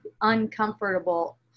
uncomfortable